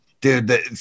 Dude